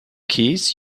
keys